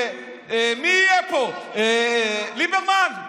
מי יהיה פה, ליברמן?